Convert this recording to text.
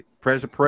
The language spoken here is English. pressure